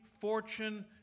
fortune